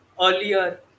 earlier